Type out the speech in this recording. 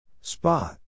Spot